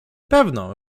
pewno